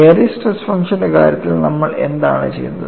Airy's stress ഫംഗ്ഷന്റെ കാര്യത്തിൽ നമ്മൾ എന്താണ് ചെയ്തത്